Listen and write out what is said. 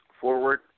forward